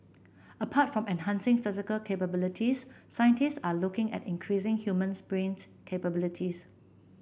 apart from enhancing physical capabilities scientists are looking at increasing human's brain capabilities